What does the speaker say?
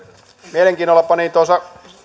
mielenkiinnolla panin tuossa